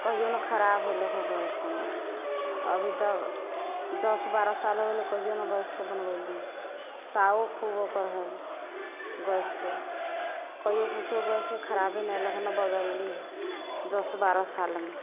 कहियो ना खराब होले हइ गैस हमर अभी तक दश बारह साल हो गेल कहियो ना गैसके बनबेली तावो खूब ओकर होल गैसके कहियो किछु गैसके खराबी नहि ने कखनो बदलली दश बारह सालमे